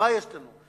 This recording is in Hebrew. מה יש לנו?